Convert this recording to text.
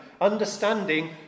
Understanding